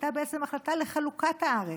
הייתה בעצם החלטה לחלוקת הארץ,